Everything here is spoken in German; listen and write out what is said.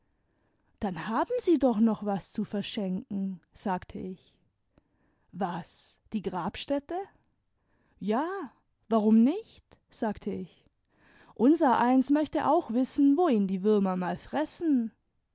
dann haben sie doch noch was zu verschenken sagte ich was die grabstätte ja warum nicht sagte ich unsereins möchte auch wissen wo ihn die würmer mal fressen